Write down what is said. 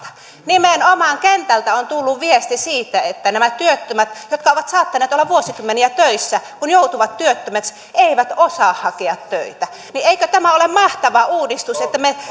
nimenomaan kentältä on tullut viesti siitä että nämä työttömät jotka ovat saattaneet olla vuosikymmeniä töissä kun joutuvat työttömiksi eivät osaa hakea töitä eikö tämä ole mahtava uudistus että